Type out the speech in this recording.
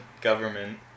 government